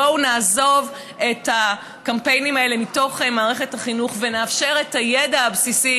בואו נעזוב את הקמפיינים האלה מתוך מערכת החינוך ונאפשר את הידע הבסיסי,